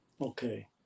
okay